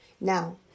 Now